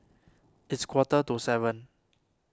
its quarter to seven